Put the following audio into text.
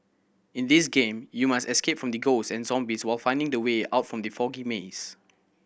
in this game you must escape from ghost and zombies while finding the way out from the foggy maze